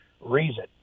reason